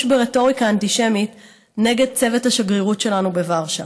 ברטוריקה אנטישמית נגד צוות השגרירות שלנו בוורשה.